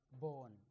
born